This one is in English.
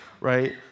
Right